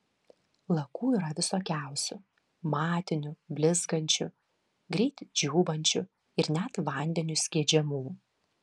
lakų yra visokiausių matinių blizgančių greit džiūvančių ir net vandeniu skiedžiamų